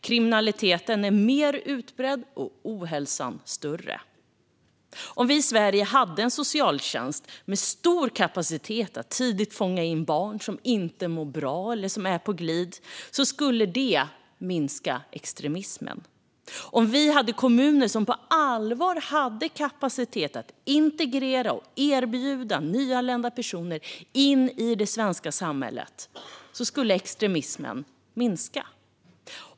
Kriminaliteten är mer utbredd och ohälsan större. Om vi hade en socialtjänst med stor kapacitet att tidigt fånga in barn som inte mår bra eller som är på glid skulle det minska extremismen. Om vi hade kommuner som på allvar hade kapacitet att integrera nyanlända personer in i det svenska samhället skulle extremismen minska.